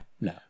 no